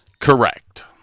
Correct